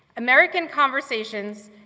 american conversations,